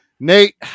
Nate